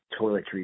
toiletries